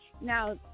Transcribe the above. now